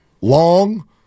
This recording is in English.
long